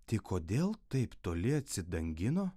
tik kodėl taip toli atsidangino